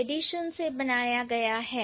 अब जनरलाइजेशन 22 क्या कहता है